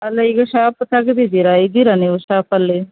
ಅಲ್ಲ ಈಗ ಶಾಪ್ ತೆಗ್ದಿದ್ದಿರಾ ಇದ್ದೀರಾ ನೀವು ಶಾಪಲ್ಲಿ